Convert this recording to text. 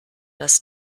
das